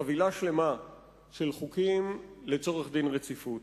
חבילה שלמה של חוקים לצורך דין רציפות.